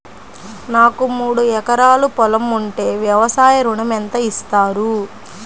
నాకు మూడు ఎకరాలు పొలం ఉంటే వ్యవసాయ ఋణం ఎంత ఇస్తారు?